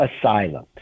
asylum